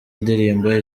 indirimbo